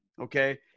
okay